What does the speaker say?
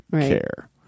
care